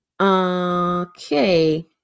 Okay